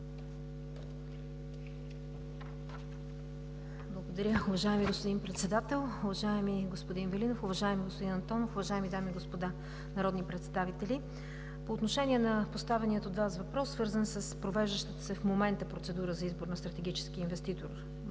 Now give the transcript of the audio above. Благодаря, уважаеми господин Председател. Уважаеми господин Велинов, уважаеми господин Антонов, уважаеми дами и господа народни представители! По отношение на поставения от Вас въпрос, свързан с провеждащата се в момента процедура за избор на стратегически инвеститор